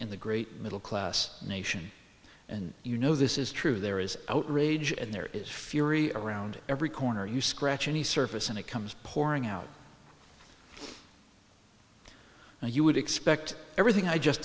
in the great middle class nation and you know this is true there is outrage and there is fury around every corner you scratch any surface and it comes pouring out and you would expect everything i just